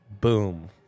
Boom